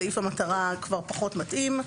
סעיף המטרה פחות מתאים.